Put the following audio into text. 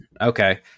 Okay